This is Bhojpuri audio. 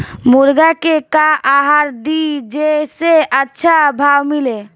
मुर्गा के का आहार दी जे से अच्छा भाव मिले?